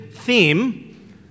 theme